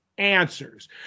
answers